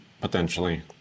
potentially